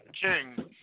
King